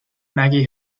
maggie